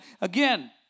again